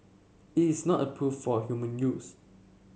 it is not approved for human use